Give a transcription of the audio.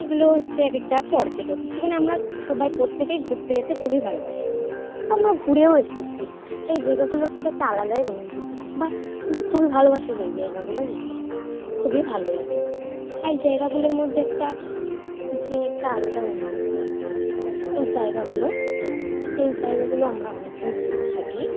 এগুলো হচ্ছে এক একটা পর্যটক যেখানে আমরা সবাই প্রত্যেকেই ঘুরতে যেতে খুবই ভালোবাসি আমরা ঘুরেও এসেছি এই জায়গাগুলোর প্রতি একটা আলাদাই অনুভূতি বা আমরা খুবই ভালোবাসি এই জায়গাগুলো যেতে খুবই ভালো লাগে হ্যাঁ এই জায়গাগুলোর মধ্যে একটা যে একটা আলাদা অনুভূতি এই জায়গাগুলো এই জায়গাগুলো আমরা অনেকেই চিনে থাকি